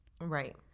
Right